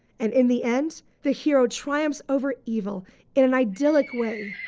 and in the end, the hero triumphs over evil in an idyllic way,